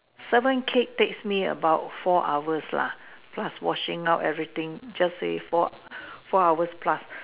seven cake takes me about four hours lah plus washing up everything just say four four hours plus